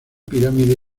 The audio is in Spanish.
pirámide